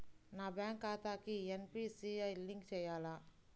నా బ్యాంక్ ఖాతాకి NPCI link చేయాలా?